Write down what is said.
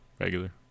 regular